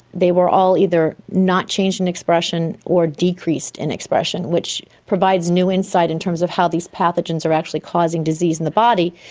they were all either not changed in expression or decreased in expression, which provides new insight in terms of how these pathogens actually causing disease in the body.